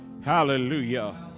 Hallelujah